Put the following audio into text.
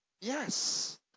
Yes